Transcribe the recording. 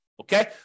Okay